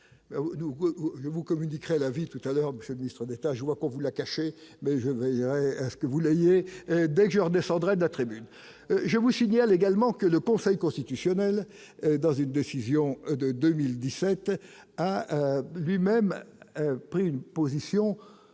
je vous communiquerai la vie tout à l'heure monsieur Ministre d'État vois qu'on vous l'a caché, mais je vais il y a ce que vous l'ayez d'un joueur descendrait de La Tribune, je vous signale également que le Conseil constitutionnel dans une décision de 2017 a lui- même pris une position